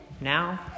now